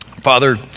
Father